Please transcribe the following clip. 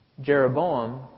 Jeroboam